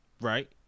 right